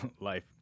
life